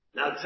Now